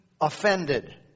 offended